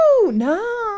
no